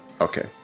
Okay